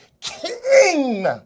King